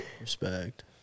Respect